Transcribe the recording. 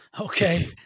okay